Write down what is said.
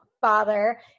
father